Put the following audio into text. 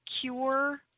cure